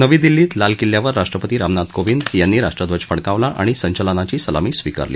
नवी दिल्लीत लाल किल्ल्यावर राष्ट्रपती रामनाथ कोविंद यांनी राष्ट्रध्वज फडकावला आणि संचलनाची सलामी स्वीकारली